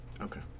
Okay